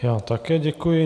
Já také děkuji.